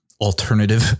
alternative